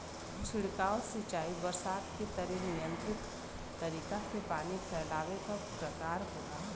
छिड़काव सिंचाई बरसात के तरे नियंत्रित तरीका से पानी फैलावे क प्रकार होला